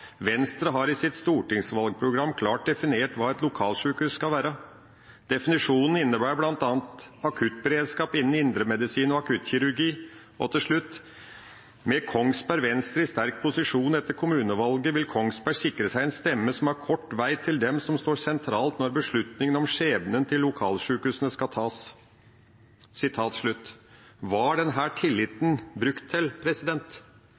Venstre i sterk posisjon etter kommunevalget, vil Kongsberg sikre seg en stemme som har kort vei til dem som står sentralt når beslutningen om skjebnen til lokalsykehusene skal tas.» Hva er denne tilliten brukt til? Den er brukt fra Venstres talsmann, her